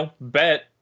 bet